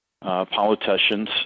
politicians